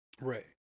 Right